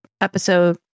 episode